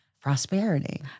prosperity